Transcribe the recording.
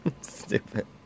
Stupid